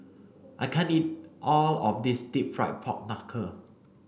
I can't eat all of this deep fried pork knuckle